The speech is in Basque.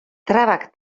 trabak